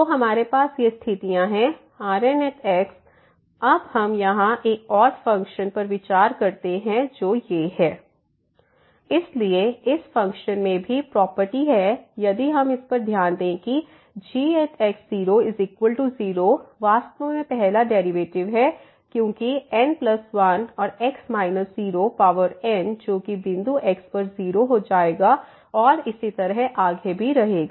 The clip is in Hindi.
तो हमारे पास ये स्थितियां हैं Rn अब हम यहां एक और फंक्शन पर विचार करते हैं जो है gxx x0n1∀x∈I इसलिए इस फंक्शन में भी प्रॉपर्टी है यदि हम इस पर ध्यान दें कि gx00 वास्तव में पहला डेरिवेटिव है क्योंकि n प्लस 1 और x माइनस 0 पावर n जो कि बिंदु x0 पर 0 हो जाएगा और इसी तरह आगे भी रहेगा